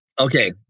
Okay